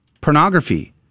Pornography